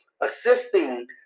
assisting